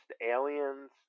aliens